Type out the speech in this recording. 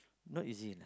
not easy lah